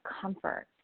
comfort